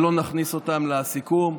אבל לא נכניס אותם לסיכום.